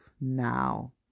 now